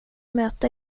möte